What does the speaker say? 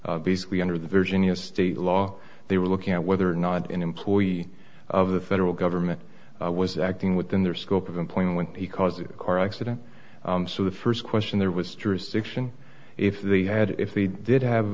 here basically under the virginia state law they were looking at whether or not an employee of the federal government was acting within their scope of employment when he caused a car accident so the first question there was jurisdiction if they had if they did have